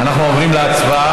אנחנו עוברים להצבעה.